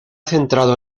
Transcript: centrado